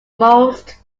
most